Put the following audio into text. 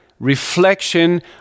Reflection